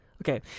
Okay